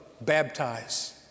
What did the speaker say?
Baptize